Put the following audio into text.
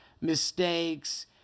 mistakes